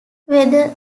whether